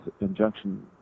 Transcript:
injunction